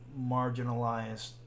marginalized